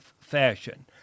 fashion